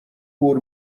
کور